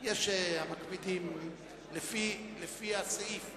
יש המקפידים לפי הסעיף.